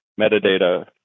metadata